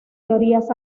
teorías